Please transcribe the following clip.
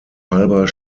halber